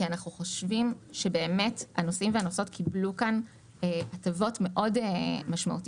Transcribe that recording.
כי אנחנו חושבים שבאמת הנוסעים והנוסעות קיבלו כאן הטבות מאוד משמעותית.